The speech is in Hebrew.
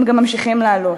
הם גם ממשיכים לעלות.